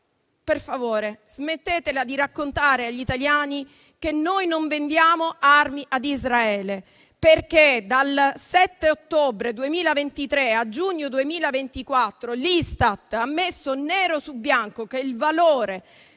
per favore, smettetela di raccontare agli italiani che noi non vendiamo armi ad Israele, perché, dal 7 ottobre 2023 a giugno 2024, l'Istat ha messo nero su bianco che il valore